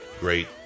great